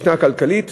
משנה כלכלית